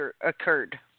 occurred